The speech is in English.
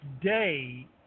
day